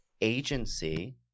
agency